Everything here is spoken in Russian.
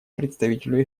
представителю